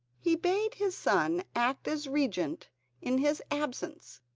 he bade his son act as regent in his absence,